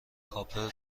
کاپر